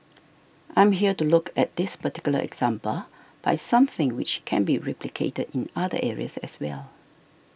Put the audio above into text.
I'm here to look at this particular example but it's something which can be replicated in other areas as well